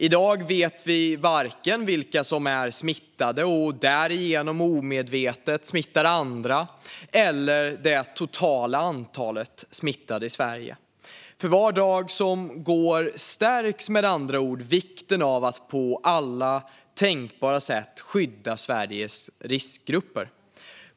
I dag vet vi varken vilka som är smittade, och som därigenom omedvetet smittar andra, eller hur stort det totala antalet smittade i Sverige är. För var dag som går ökar med andra ord vikten av att på alla tänkbara sätt skydda Sveriges riskgrupper.